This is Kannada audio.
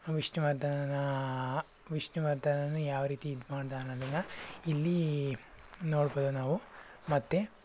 ವಿಷ್ಣುವರ್ಧನನ ವಿಷ್ಣುವರ್ಧನನು ಯಾವ ರೀತಿ ಇದ್ದ ಮಾಡಿದ ಅನ್ನೋದನ್ನು ಇಲ್ಲಿ ನೋಡಬಹುದು ನಾವು ಮತ್ತೆ